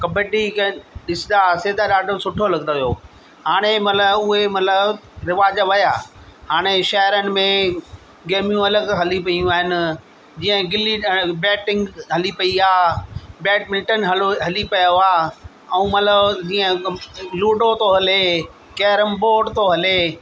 कबड्डी खे ॾिसंदा हुआसीं त ॾाढो सुठो लॻंदो हुओ हाणे मतलबु उहे मतलबु रवाजु विया हाणे शहरनि में गेम्यूं अलॻि हली पेयूं आहिनि जीअं गिल्ली बैटिंग हली पेई आहे बैडमिंटन हलो हली पियो आहे ऐं मतलबु जीअं लूड्डो थो हले कैरम बॉड थो हले